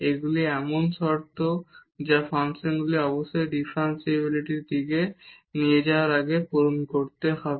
এগুলি এমন শর্ত যা ফাংশনটি অবশ্যই ডিফারেনশিবিলিটির দিকে যাওয়ার আগে পূরণ করতে হবে